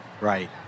Right